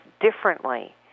differently